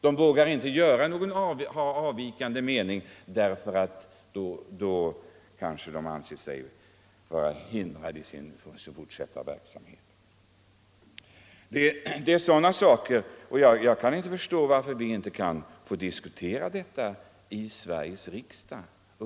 De vågar inte ha avvikande mening därför att då kan de bli hindrade i sin fortsatta verksamhet. Jag kan inte förstå varför vi inte skall diskutera detta i Sveriges riksdag.